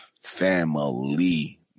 family